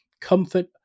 comfort